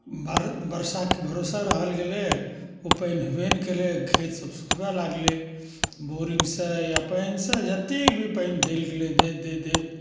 बरखाके भरोसा रहि गेलै ओ पानि हेबे नहि केलै खेतसब सुखबै लागलै बोरिङ्गसँ या पानिसँ जतेक भी पानि देल गेलै दैत दैत दैत